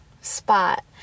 spot